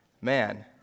man